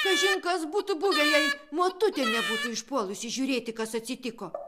kažin kas būtų buvę jei motutė nebūtų išpuolusi žiūrėti kas atsitiko